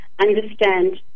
understand